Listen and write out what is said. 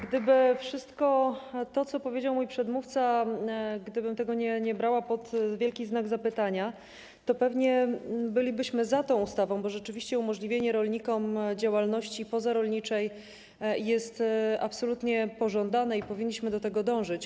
Gdybym tego wszystkiego, co powiedział mój przedmówca, nie stawiała pod wielkim znakiem zapytania, to pewnie bylibyśmy za tą ustawą, bo rzeczywiście umożliwienie rolnikom działalności pozarolniczej jest absolutnie pożądane i powinniśmy do tego dążyć.